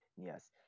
Yes